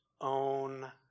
own